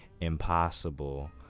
impossible